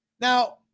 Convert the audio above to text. Now